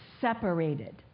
separated